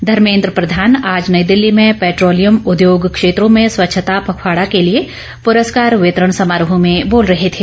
धर्मेन्द्र प्रधान आज नई दिल्ली में पेट्रोलियम उद्योग क्षेत्रों में स्वच्छता पखवाडा के लिए प्रस्कार वितरण समारोह में बोल रहे थे